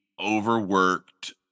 overworked